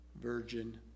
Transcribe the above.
virgin